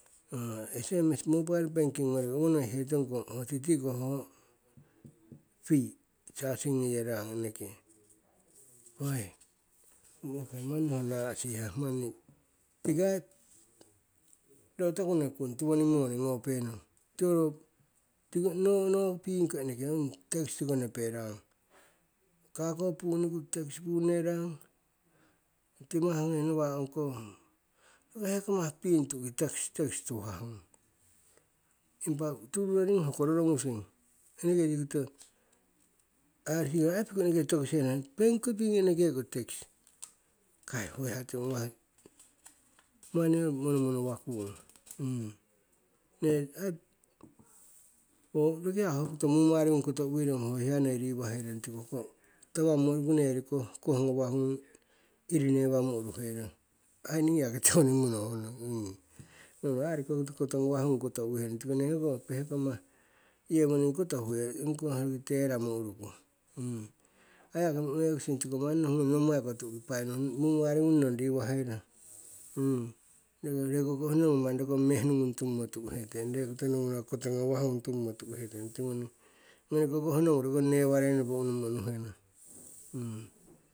Sms, mobile banking ngori owonohihetong titiko ho fee charging ngeyerang eneke, weii kai manni naa'sihah manni tiki aii ro toku nokikung tiwoning moni ngopenong tiko ro no- nopiingko eneke tiki ho tax neperang, kako punniku tax tiko punnerang. Timah nawa' ongkoh, hoko hekomah piing tu'ki tax tax tuhah ngung. Impa tururoring hoko rorongusing eneke tikoto irc kori piku eneke tokiserang, bank kori piing eneke ko tax, kai ho hiya tiwo ngawah manni monomono wakung, nee aii roki ya hokoto mumaringung koto uwirong ho hewa noi riwaherong tiko hoko tawammo uruku neyori koh ngawah ngung iri newamo uruherong. Aii niingi yaki tiwoning monongong nohungong ho aii ong koto ngawah ngung koto uwiherong, tiko nee ho pehkamah yewoning koto huhe ongikoh teramo uruku. Aii ho yaki nommai tu'ki painohung mumaringung nong riwaherong, reko koh nongu manni roki ho mehnu ngung tummo tu'hetuiyong, re nongu koto ngawah ngung tummo tu'hetuiyong tiwoning. Ngoni ko koh nongu roki ho newarei nopo unumo unuhenong, tiwoning.